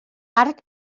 arc